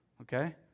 okay